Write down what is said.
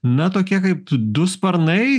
na tokie kaip du sparnai